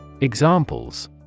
Examples